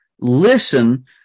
listen